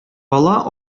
бала